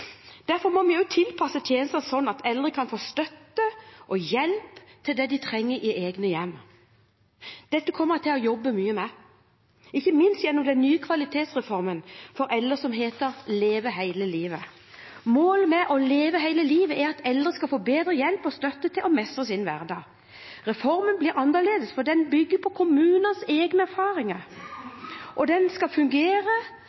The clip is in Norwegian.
Derfor må vi også tilpasse tjenestene slik at eldre kan få støtte og hjelp til det de trenger i sitt eget hjem. Dette kommer jeg til å jobbe mye med – ikke minst gjennom den nye kvalitetsreformen for eldre, som heter «Leve hele livet». Målet med «Leve hele livet» er at eldre skal få bedre hjelp og støtte til å mestre sin hverdag. Reformen blir annerledes, for den bygger på kommunenes egne